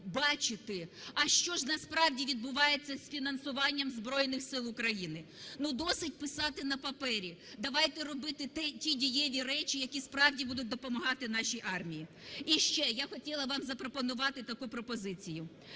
бачити, а що ж насправді відбувається з фінансуванням Збройних Сил України. Ну, досить писати на папері. Давайте робити ті дієві речі, які справді будуть допомагати нашій армії. І ще, я хотіла вам запропонувати таку пропозицію.